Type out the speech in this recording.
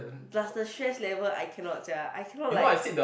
plus the stress level I cannot sia I cannot like